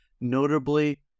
notably